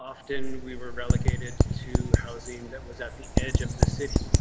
often we were relegated to housing that was at the edge of the city,